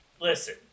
listen